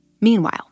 Meanwhile